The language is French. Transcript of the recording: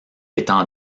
étant